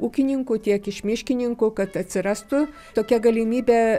ūkininkų tiek iš miškininkų kad atsirastų tokia galimybė